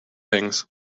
things